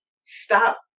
stop